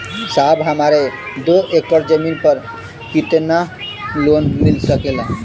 साहब हमरे दो एकड़ जमीन पर कितनालोन मिल सकेला?